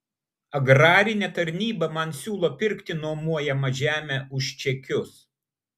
agrarinė tarnyba man siūlo pirkti nuomojamą žemę už čekius